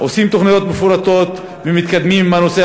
עושים תוכניות מפורטות ומתקדמים בנושא